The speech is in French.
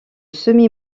semi